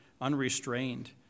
unrestrained